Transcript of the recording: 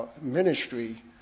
ministry